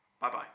Bye-bye